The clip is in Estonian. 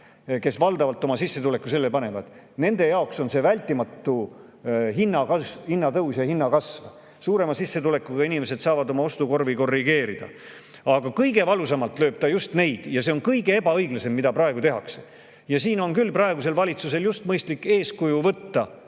kes valdavalt oma sissetuleku sellele panevad. Nende jaoks on see vältimatu hinnatõus ja hinnakasv. Suurema sissetulekuga inimesed saavad oma ostukorvi korrigeerida, aga kõige valusamalt lööb ta just [vaesemaid] ja see on kõige ebaõiglasem, mida praegu tehakse. Ja siin on küll praegusel valitsusel just mõistlik eeskuju võtta